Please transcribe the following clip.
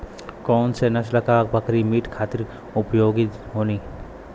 कौन से नसल क बकरी मीट खातिर उपयोग होली?